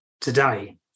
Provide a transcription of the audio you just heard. today